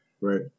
right